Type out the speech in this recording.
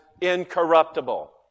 incorruptible